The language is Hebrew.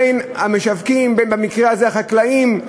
בין המשווקים, במקרה הזה החקלאים,